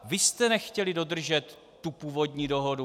Vy jste nechtěli dodržet tu původní dohodu!